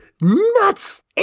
nuts